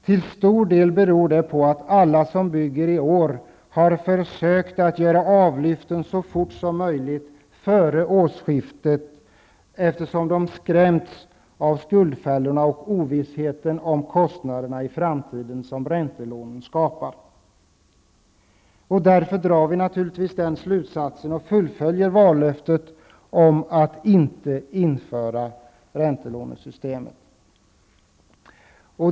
Till stor del beror det på att alla som bygger i år har försökt att göra avlyften så fort som möjligt före årsskiftet, eftersom de har skrämts av skuldfällorna och av ovissheten om de kostnader i framtiden som räntelånen medför. Därför drar vi, naturligtvis, slutsatsen, och därmed fullföljer vi vårt vallöfte, att räntelånesystemet inte skall införas.